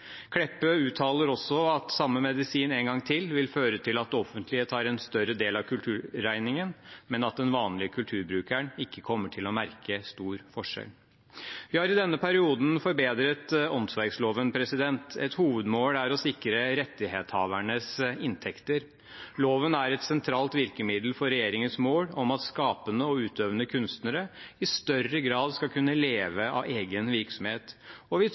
Kleppe uttaler også at samme medisin en gang til vil føre til at det offentlige tar en større del av kulturregningen, men at den vanlige kulturbrukeren ikke kommer til å merke stor forskjell. Vi har i denne perioden forbedret åndsverkloven. Et hovedmål er å sikre rettighetshavernes inntekter. Loven er et sentralt virkemiddel for regjeringens mål om at skapende og utøvende kunstnere i større grad skal kunne leve av egen virksomhet. Vi